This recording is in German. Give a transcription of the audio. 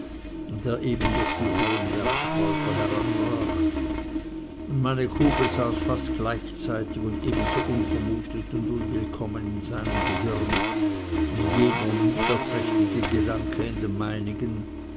der eben durch die hohen bergkräuter heranbrach und meine kugel saß fast gleichzeitig und ebenso unvermutet und unwillkommen in seinem gehirn wie jener niederträchtige gedanke in dem meinigen